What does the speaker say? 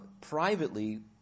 privately